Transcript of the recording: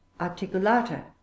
articulata